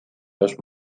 dos